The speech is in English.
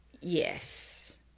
Yes